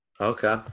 Okay